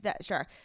sure